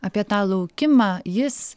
apie tą laukimą jis